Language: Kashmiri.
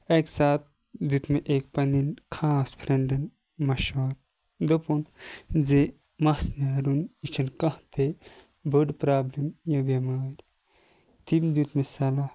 اکہِ ساتہ دیُت مےٚ أکۍ پَنٕنۍ خاص فرنڈَن مَشوَر دوٚپُن زِ مَس نیرُن یہِ چھُن کانٛہہ تہِ بٔڑۍ پرابلم یہِ بیٚمٲر تٔمۍ دیُت مےٚ صَلَح